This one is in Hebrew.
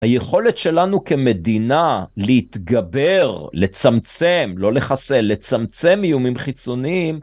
היכולת שלנו כמדינה להתגבר, לצמצם, לא לחסל, לצמצם איומים חיצוניים.